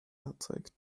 erzeugt